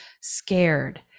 scared